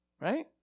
right